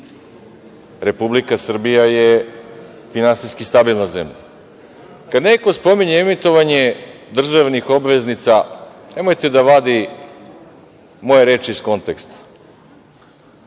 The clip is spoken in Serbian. Republika Srbija je finansijski stabilna zemlja. Kada neko spominje emitovanje državnih obveznica, nemojte da vadi moje reči iz konteksta.